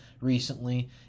recently